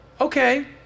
okay